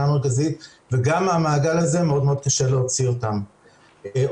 המרכזית וגם מהמעגל הזה מאוד קשה להוציא אותן.